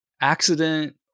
accident